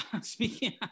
speaking